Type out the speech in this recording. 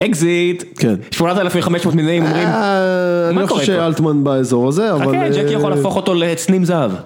אקזיט. 8500 מילים אומרים. אני לא חושב שאלטמן באזור הזה. חכה ג'קי יכול להפוך אותו לצנים זהב.